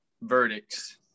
verdicts